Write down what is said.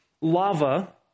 lava